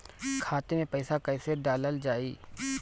खाते मे पैसा कैसे डालल जाई?